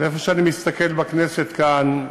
ואיפה שאני מסתכל בכנסת, כאן,